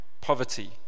poverty